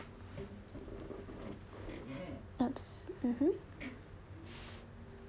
!oops! mmhmm